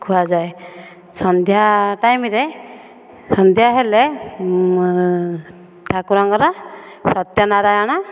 ଖୁଆ ଯାଏ ସନ୍ଧ୍ୟା ଟାଇମରେ ସନ୍ଧ୍ୟା ହେଲେ ଠାକୁରଙ୍କର ସତ୍ୟନାରାୟଣ